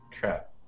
Crap